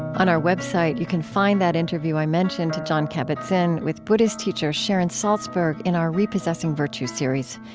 on our website, you can find that interview i mentioned to jon kabat-zinn with buddhist teacher sharon salzburg in our repossessing virtue series.